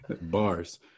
bars